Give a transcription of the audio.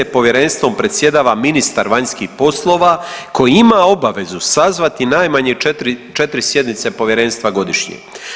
Povjerenstvom predsjedava ministar vanjskih poslova koji ima obavezu sazvati najmanje 4 sjednice Povjerenstva godišnje.